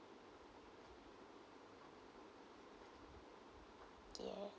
yeah